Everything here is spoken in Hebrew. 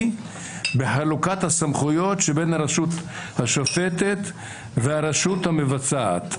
בחלוקת הסמכויות שבין הרשות השופטת והרשות המבצעת".